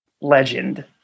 legend